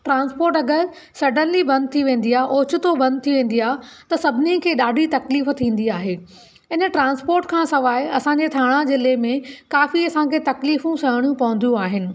transport अगरि suddenly बंदि थि वेंदी आहे ओचितो बंदि थी वेंदी आहे त सभिनिनि खे ॾाढी तकलीफ़ु थींदी आहे हिन ट्रांस्पोट खां सवाइ असांजे थाणा ज़िले में काफ़ी असांखे तकलीफ़ूं सहणु पवंदियूं आहिनि